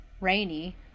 rainy